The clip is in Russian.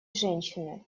женщины